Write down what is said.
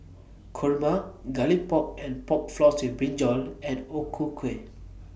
Kurma Garlic Pork and Pork Floss with Brinjal and O Ku Kueh